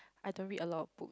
I don't read a lot of books